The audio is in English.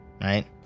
right